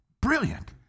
brilliant